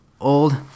old